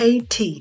KT